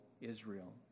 Israel